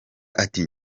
ati